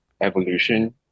evolution